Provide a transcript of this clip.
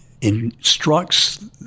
instructs